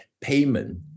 payment